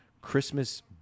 Christmas